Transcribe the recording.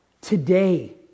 Today